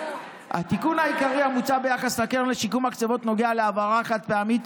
התיקון העיקרי המוצע ביחס לקרן לשיקום מחצבות נוגע להעברה חד-פעמית